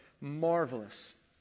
marvelous